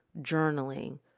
journaling